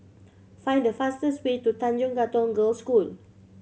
find the fastest way to Tanjong Katong Girls' School